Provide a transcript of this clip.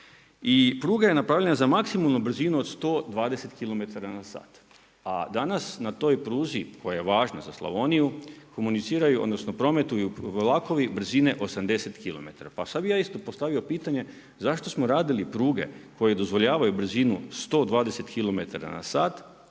i pruga je napravljena za maksimalnu brzinu od 120 km/h a danas na toj pruzi koja je važna za Slavoniju komuniciraju, odnosno prometuju vlakovi brzine 80 km. Pa sad bih ja isto postavio pitanje zašto smo radili pruge koje dozvoljavaju brzinu 120 km/h a